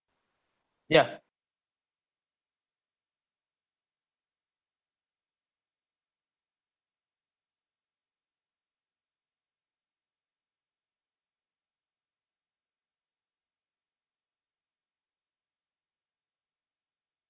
ya